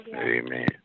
Amen